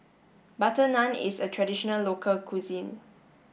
butter naan is a traditional local cuisine